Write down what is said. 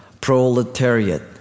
proletariat